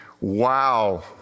wow